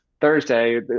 Thursday